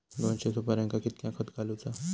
दोनशे सुपार्यांका कितक्या खत घालूचा?